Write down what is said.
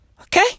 Okay